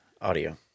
audio